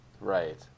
Right